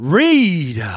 read